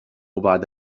بعد